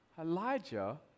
Elijah